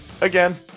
again